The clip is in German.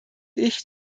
ich